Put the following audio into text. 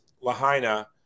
Lahaina